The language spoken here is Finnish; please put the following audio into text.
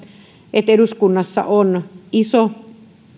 että eduskunnassa on iso